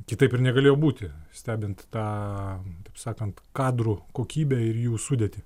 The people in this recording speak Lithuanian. kitaip ir negalėjo būti stebint tą taip sakant kadrų kokybę ir jų sudėtį